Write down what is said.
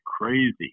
crazy